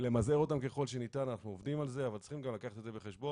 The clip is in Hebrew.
למזער אותם ככל שניתן ואנחנו עובדים על זה אבל צריך לקחת את זה בחשבון.